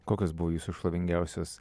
kokios buvo jūsų šlovingiausios